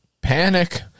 Panic